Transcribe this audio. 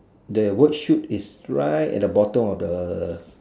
then word shoot is right at the bottom of the